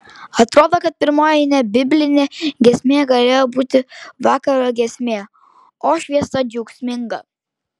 atrodo kad pirmoji nebiblinė giesmė galėjo būti vakaro giesmė o šviesa džiaugsminga